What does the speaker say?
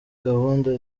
gahunda